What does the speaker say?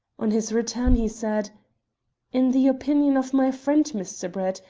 on his return he said in the opinion of my friend, mr. brett,